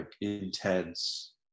intense